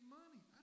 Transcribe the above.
money